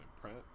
print